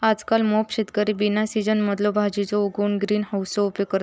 आजकल मोप शेतकरी बिना सिझनच्यो भाजीयो उगवूक ग्रीन हाउसचो उपयोग करतत